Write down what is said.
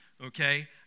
okay